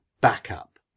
backup